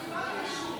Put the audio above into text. החוק לצמצום